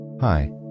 Hi